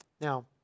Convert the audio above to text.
Now